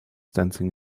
dancing